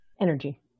Energy